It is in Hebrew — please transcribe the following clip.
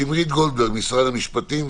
שמרית גולדנברג ממשרד המשפטים,